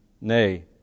Nay